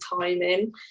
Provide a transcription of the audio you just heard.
timing